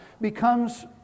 becomes